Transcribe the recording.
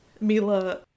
mila